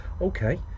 okay